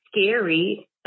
Scary